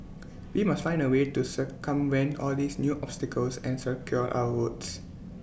we must find A way to circumvent all these new obstacles and secure our votes